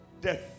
death